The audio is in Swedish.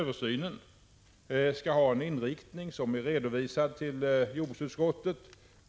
Inriktningen av denna översyn har redovisats för jordbruksutskottet.